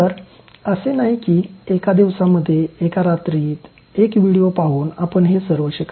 तर असे नाही की एक दिवसामध्ये एका रात्रीत एक व्हिडिओ पाहुन आपण हे सर्व शिकाल